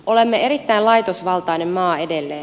olemme erittäin laitosvaltainen maa edelleen